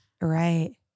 Right